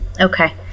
okay